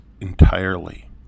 entirely